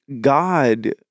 God